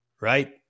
right